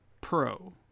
Pro